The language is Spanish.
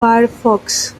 firefox